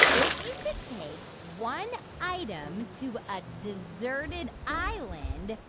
if you could take one item to a deserted island,